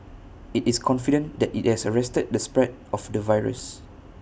IT is confident that IT has arrested the spread of the virus